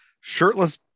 shirtless